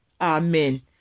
Amen